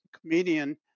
comedian